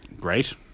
Great